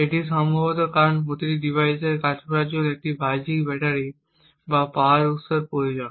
এটি সম্ভবত কারণ প্রতিটি ডিভাইসের কাজ করার জন্য একটি বাহ্যিক ব্যাটারি বা পাওয়ার উত্স প্রয়োজন